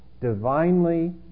divinely